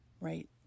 right